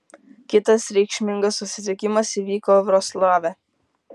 kitas reikšmingas susitikimas įvyko vroclave